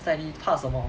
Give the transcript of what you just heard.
it's like 你怕什么